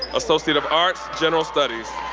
associate of arts, general studies.